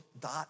dot